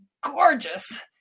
gorgeous